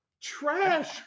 Trash